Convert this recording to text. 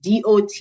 dot